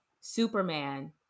Superman